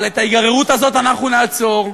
אבל את ההיגררות הזאת אנחנו נעצור.